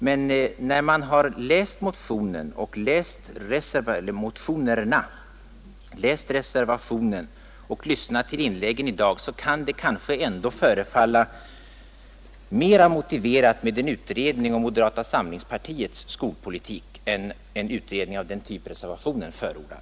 Men sedan man läst motionerna och reservationen och lyssnat till inläggen i dag förefaller det kanske ändå mera motiverat med en utredning om moderata samlingspartiets skolpolitik än med en utredning av den typ som reservationen förordar.